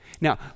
Now